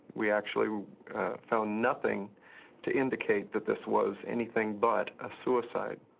we actually found nothing to indicate that this was anything but a suicide.